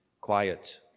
Quiet